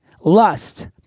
lust